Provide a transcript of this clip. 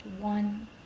one